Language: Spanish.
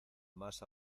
más